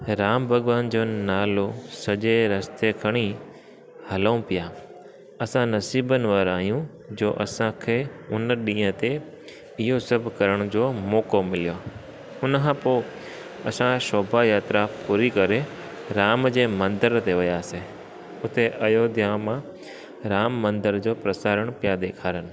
राम भॻवान जो नालो सॼे रस्ते खणी हलूं पिया असां नसीबनि वारा आहियूं जो असांखे हुन ॾींहं ते इहो सभ करण जो मौक़ो मिलियो हुनखां पोइ असां शोभा यात्रा पूरी करे राम जे मंदिर ते वियासीं हुते अयोध्या मां राम मंदिर जो प्रसारण पिया ॾेखारनि